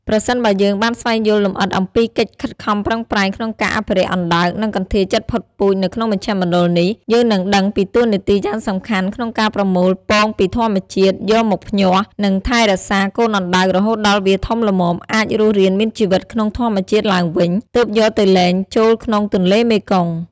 ប្រសិនបើយើងបានស្វែងយល់លម្អិតអំពីកិច្ចខិតខំប្រឹងប្រែងក្នុងការអភិរក្សអណ្ដើក និងកន្ធាយជិតផុតពូជនៅក្នុងមជ្ឈមណ្ឌលនេះ យើងនឹងដឹងពីតួនាទីយ៉ាងសំខាន់ក្នុងការប្រមូលពងពីធម្មជាតិ យកមកភ្ញាស់ និងថែរក្សាកូនអណ្ដើករហូតដល់វាធំល្មមអាចរស់រានមានជីវិតក្នុងធម្មជាតិឡើងវិញ ទើបយកទៅលែងចូលក្នុងទន្លេមេគង្គ ។